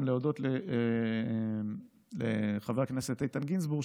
אני רוצה להודות לחבר הכנסת איתן גינזבורג,